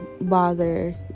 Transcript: bother